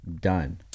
done